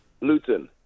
Luton